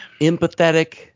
empathetic –